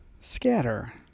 scatter